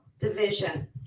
division